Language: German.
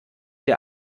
der